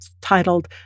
titled